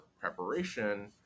preparation